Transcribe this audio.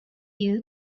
you